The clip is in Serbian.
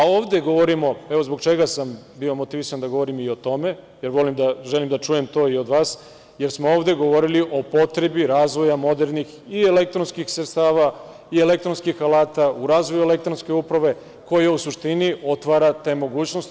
Ovde govorimo zbog čega sam bio motivisan da govorim i o tome, želim da čuje to i od vas, jer smo ovde govorili i o potrebi razvoja modernih i elektronskih sredstava, i elektronskih alata u razvoju elektronske uprave, koji u suštini, otvara te mogućnosti.